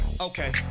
Okay